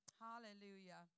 Hallelujah